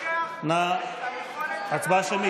נעבור כעת להצבעה.